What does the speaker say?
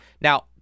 Now